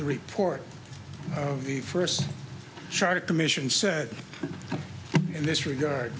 the report of the first charter commission said in this regard